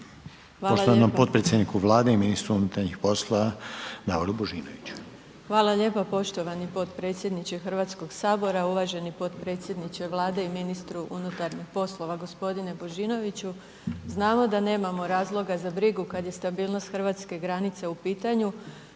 poštovanom potpredsjedniku Vlade i ministru unutarnjih poslova Davoru Božinoviću. **Petrijevčanin Vuksanović, Irena (HDZ)** Hvala lijepa poštovani potpredsjedniče Hrvatskog sabora. Uvaženi potpredsjedniče Vlade i ministre unutarnjih poslova gospodine Božinoviću. Znamo da nemamo razloga za brigu kada je stabilnost hrvatske granice u pitanju,